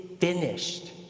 finished